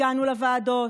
הגענו לוועדות,